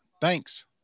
Thanks